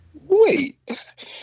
wait